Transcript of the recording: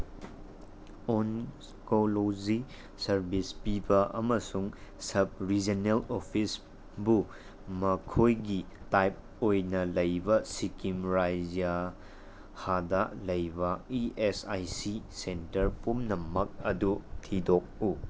oncology service ꯄꯤꯕ ꯑꯃꯁꯨꯡ sub regional ꯑꯣꯐꯤꯁꯕꯨ ꯃꯈꯣꯏꯒꯤ ꯇꯥꯏꯞ ꯑꯣꯏꯅ ꯂꯩꯕ ꯁꯤꯛꯀꯤꯝ ꯔꯥꯏꯖꯍꯥꯗ ꯂꯩꯕ E S I C centre ꯄꯨꯝꯅꯃꯛ ꯑꯗꯨ ꯊꯤꯗꯣꯛꯎ